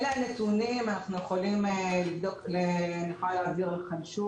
אלה הנתונים, אני יכולה להעביר לכם שוב.